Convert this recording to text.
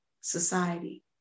society